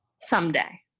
someday